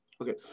okay